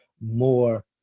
more